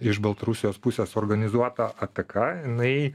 iš baltarusijos pusės organizuota ataka jinai